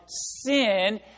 sin